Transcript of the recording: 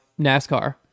NASCAR